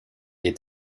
est